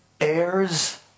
Heirs